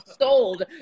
Sold